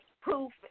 proof